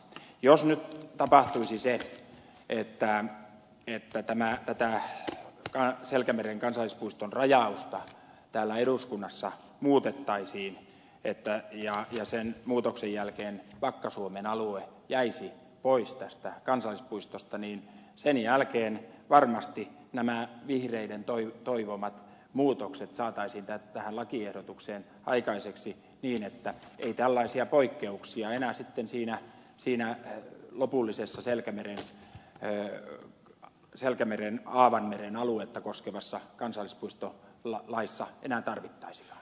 jos nyt tapahtuisi se että tätä selkämeren kansallispuiston rajausta täällä eduskunnassa muutettaisiin ja sen muutoksen jälkeen vakka suomen alue jäisi pois tästä kansallispuistosta niin sen jälkeen varmasti nämä vihreiden toivomat muutokset saataisiin tähän lakiehdotukseen aikaiseksi niin että ei tällaisia poikkeuksia enää sitten siinä lopullisessa selkämeren aavan meren aluetta koskevassa kansallispuisto laissa enää tarvittaisi ja